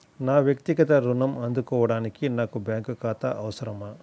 నా వక్తిగత ఋణం అందుకోడానికి నాకు బ్యాంక్ ఖాతా అవసరమా?